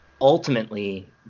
ultimately